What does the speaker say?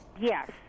Yes